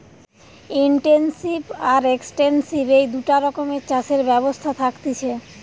intensive আর extensive এই দুটা রকমের চাষের ব্যবস্থা থাকতিছে